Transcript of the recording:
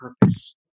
purpose